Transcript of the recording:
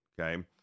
okay